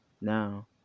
Now